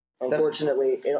Unfortunately